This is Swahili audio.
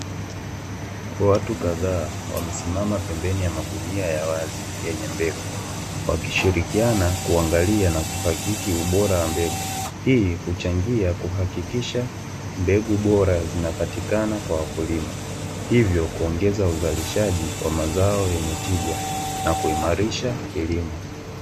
Watu kadhaa wamesimama pembeni ya magunia ya wazi yenye mbegu, wakishirikiana kuangalia na kuhakiki ubora wa mbegu, hii uchangia kuhakikisha mbegu bora zinazopatikana kwa wakulima, hivyo kuongeza uzalishaji wa mazao yenye tija na kuimarisha kilimo.